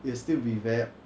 it'll still be ver~